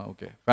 Okay